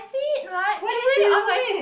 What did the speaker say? see it right it's already on my